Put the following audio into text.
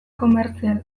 komertzial